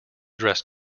dress